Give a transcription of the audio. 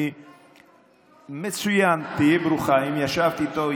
אני כבר ישבתי איתו,